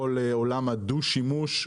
כל עולם הדו-שימוש,